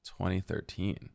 2013